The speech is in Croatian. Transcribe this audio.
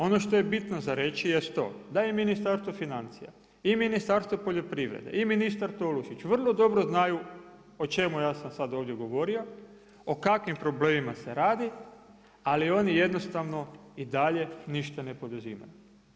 Ono što je bitno za reći jest to da je Ministarstvo financija i Ministarstvo poljoprivrede i ministar Tolušić vrlo dobro znaju o čemu ja sam sad ovdje govorio, o kakvim problemima se radi, ali oni jednostavno i dalje ništa ne poduzimaju.